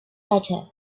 matter